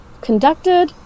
conducted